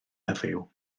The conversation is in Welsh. heddiw